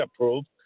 approved